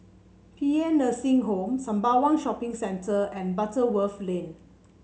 Paean Nursing Home Sembawang Shopping Centre and Butterworth Lane